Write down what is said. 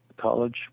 college